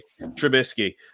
Trubisky